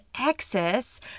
excess